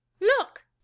Look